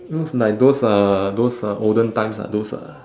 looks like those uh those uh olden times ah those uh